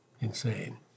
insane